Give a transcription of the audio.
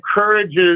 encourages